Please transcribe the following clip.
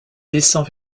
descend